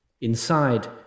Inside